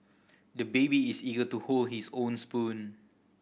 the baby is eager to hold his own spoon